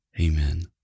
Amen